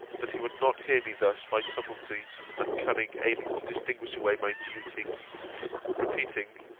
that he would not hear me thus by subtilty and cunning aiming to distinguish away my duty repeating,